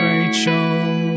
Rachel